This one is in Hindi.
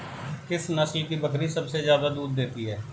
किस नस्ल की बकरी सबसे ज्यादा दूध देती है?